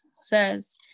says